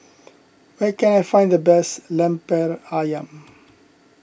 where can I find the best Lemper Ayam